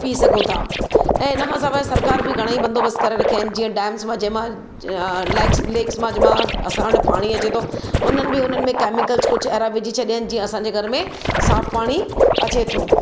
P सघूं था ऐं इनखां सवाइ सरकारि बि घणाई बंदोबस्त करे रखिया आहिनि जीअं डेम्स मां जंहिं मां लेक्स लेक्स मां जंहिं मां असां वटि पाणी अचे थो उन्हनि बि उन्हनि में केमिक्ल्स कुझु अहिड़ा विझी छॾिया आहिनि जीअं असांजे घर में साफ़ु पाणी अचे थो